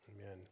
Amen